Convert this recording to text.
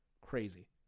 Crazy